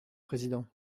président